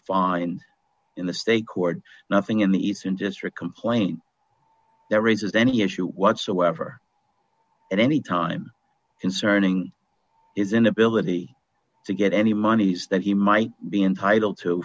find in the state court nothing in the eastern district complaint that raises any issue whatsoever at any time concerning its inability to get any monies that he might be entitled to